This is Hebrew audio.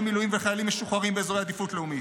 המילואים וחיילים משוחררים באזורי עדיפות לאומית.